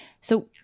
So-